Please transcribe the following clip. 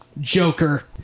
joker